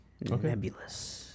Nebulous